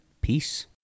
Peace